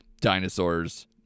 dinosaurs